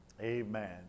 Amen